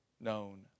known